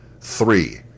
three